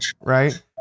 Right